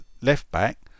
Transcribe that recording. left-back